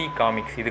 comics